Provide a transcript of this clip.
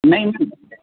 ਨਹੀਂ